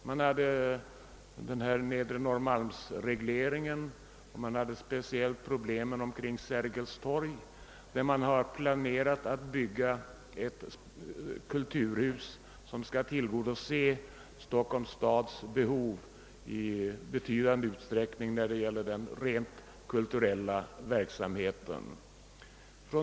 Det gällde Nedre Norrmalms reglering, speciellt kring Sergels torg, där man planerat att bygga ett kulturhus, avsett att i betydande utsträckning = tillgodose Stockholms stads behov av en kulturell verksamhet.